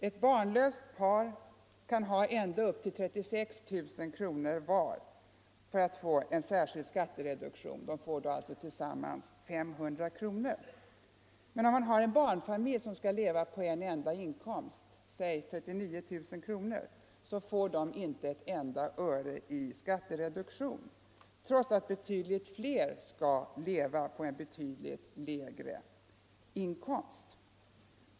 Ett barnlöst par med ända upp till 36 000 kronor var i inkomst kan få särskild skattereduktion; de får alltså tillsammans 500 kronor. Men om en barnfamilj skall leva på en enda inkomst, säg 39 000 kronor, får den familjen inte ett öre i skattereduktion — trots att betydligt fler skall leva på en betydligt lägre inkomst.